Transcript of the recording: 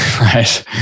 right